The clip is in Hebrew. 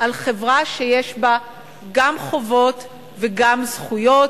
על חברה שיש בה גם חובות וגם זכויות.